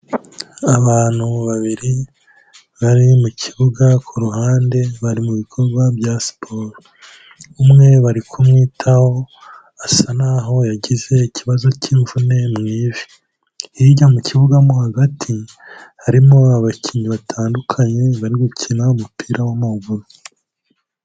Abantu babiri bari mu kibuga ku ruhande bari mu bikorwa bya siporo. Umwe bari kumwitaho asa naho yagize ikibazo cy'imvune mu ivi. Hirya mu kibuga mo hagati harimo abakinnyi batandukanye bari gukina umupira w'amaguru.